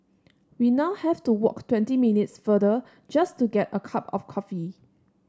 we now have to walk twenty minutes farther just to get a cup of coffee